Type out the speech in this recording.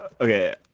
Okay